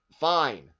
fine